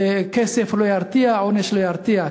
כסף לא ירתיע, עונש לא מרתיע.